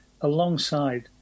alongside